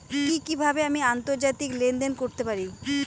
কি কিভাবে আমি আন্তর্জাতিক লেনদেন করতে পারি?